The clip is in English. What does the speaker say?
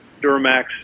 Duramax